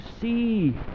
see